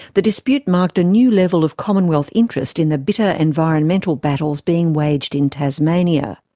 the dispute marked a new level of commonwealth interest in the bitter environmental battles being waged in tasmania.